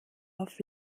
auf